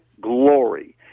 glory